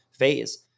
phase